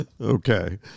Okay